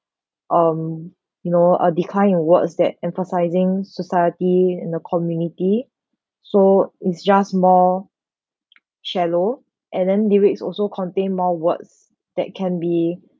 um you know a declining in words that emphasising society in the community so it's just more shallow and then lyrics also contain more words that can be